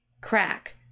crack